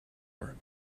war